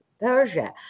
Persia